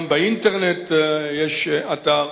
גם באינטרנט יש אתר,